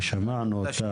ושמענו אותה.